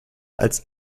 als